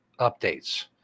updates